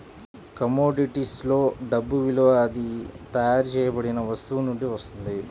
కమోడిటీస్లో డబ్బు విలువ అది తయారు చేయబడిన వస్తువు నుండి వస్తుంది